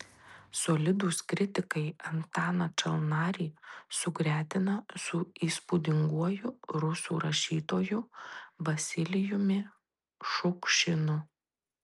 solidūs kritikai antaną čalnarį sugretina su įspūdinguoju rusų rašytoju vasilijumi šukšinu